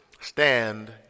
stand